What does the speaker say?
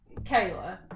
Kayla